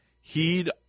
heed